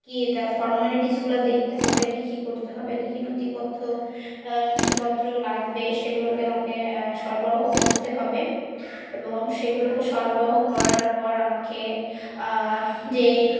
কী তার ফরম্যালিটিসগুলো দেখতে হবে কী কী করতে হবে কী কী নথিপত্র নথিপত্র লাগবে সেগুলোকে আমাকে সরবরাহ করতে হবে এবং সেগুলোকে সরবরাহ করার পর আমাকে যেই